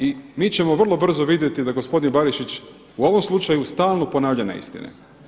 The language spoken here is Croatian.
I mi ćemo vrlo brzo vidjeti da gospodin Barišić u ovom slučaju stalno ponavlja neistine.